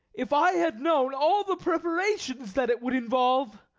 if i had known all the preparations that it would involve!